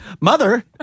Mother